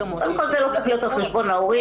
אבל כל זה לא צריך להיות על חשבון ההורים,